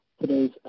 today's